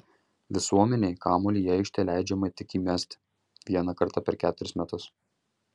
visuomenei kamuolį į aikštę leidžiama tik įmesti vieną kartą per keturis metus